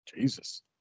Jesus